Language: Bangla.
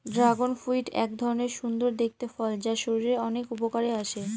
ড্রাগন ফ্রুইট এক ধরনের সুন্দর দেখতে ফল যা শরীরের অনেক উপকারে আসে